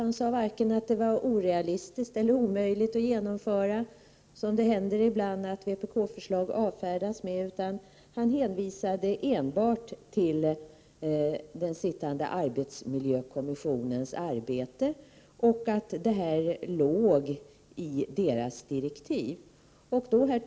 Han sade varken att det var orealistiskt eller att det var omöjligt att genomföra, som det händer ibland att vpk-förslag avfärdas med, utan hänvisade enbart till den sittande arbetsmiljökommissionens arbete och till att detta ingick i direktiven för denna.